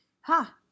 ha